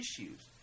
issues